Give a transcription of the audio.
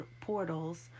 portals